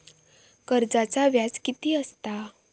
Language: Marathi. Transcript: कर्जाचा व्याज कीती असता?